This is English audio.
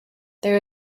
there